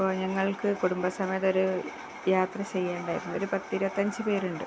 ഇപ്പോള് ഞങ്ങൾക്കു കുടുംബ സമേതമൊരു യാത്ര ചെയ്യാനുണ്ടായിരുന്നു ഒരു പത്തിരുപത്തിയഞ്ചു പേരുണ്ട്